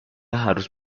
harus